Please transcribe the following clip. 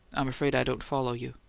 i'm afraid i don't follow you.